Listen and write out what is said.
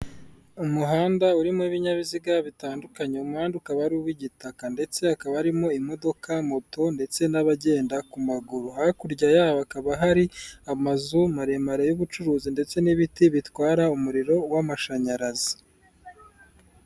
Umuhanda urimo ibinyabiziga bitandukanye, uwo umuhanda ukaba ari uw'igitaka ndetse hakaba harimo imodoka, moto ndetse n'abagenda ku maguru hakurya yawo hakaba hari amazu maremare y'ubucuruzi ndetse n'ibiti bitwara umuriro w'amashanyarazi.